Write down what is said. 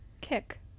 Kick